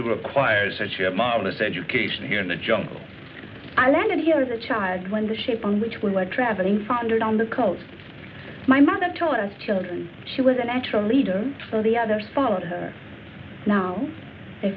to acquire such a marvelous education here in the jungle i learned here as a child when the shape on which we were traveling founded on the coast my mother taught us children she was a natural leader the others followed her now they